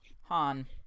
Han